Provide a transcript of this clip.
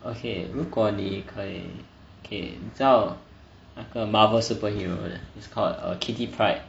okay 如果你可以 okay 你知道那个 Marvel superhero is called err kitty pryde